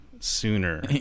sooner